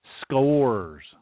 scores